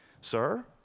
Sir